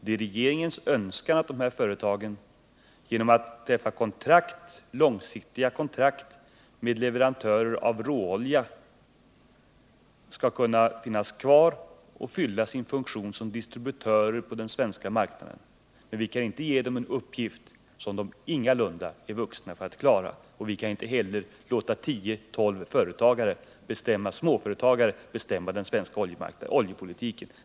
Det är regeringens önskan att mindre företag skall finnas kvar och fylla sin funktion som distributörer på den svenska marknaden genom att man träffar långsiktiga kontrakt med leverantörer av råolja. Men vi kan inte ge de små företagen en uppgift som de ingalunda är vuxna att klara. Vi kan inte låta hänsynen till 10-12 småföretag och deras ägare bestämma den svenska oljepolitiken.